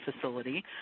facility